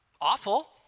awful